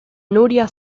nuria